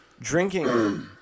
drinking